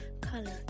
color